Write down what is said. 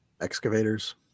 excavators